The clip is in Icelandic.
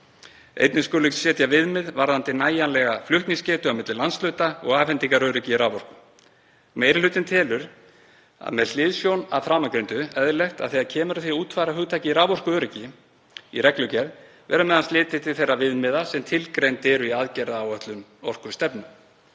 Einnig skuli setja viðmið varðandi nægjanlega flutningsgetu á milli landshluta og afhendingaröryggi raforku. Meiri hlutinn telur með hliðsjón af framangreindu eðlilegt að þegar kemur að því að útfæra hugtakið raforkuöryggi í reglugerð verði m.a. litið til þeirra viðmiða sem tilgreind eru í aðgerðaáætlun orkustefnu.